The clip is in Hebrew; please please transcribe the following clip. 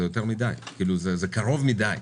הוא מועד קרוב מדי.